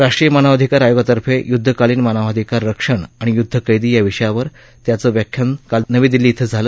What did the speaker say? राष्ट्रीय मानवाधिकार आयोगातर्फे युद्धकालीन मानवाधिकार रक्षण आणि युद्ध कैदी या विषयावर त्यांचं व्याख्यान काल नवी दिल्लीत झालं